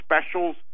specials